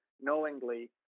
knowingly